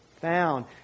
found